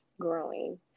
growing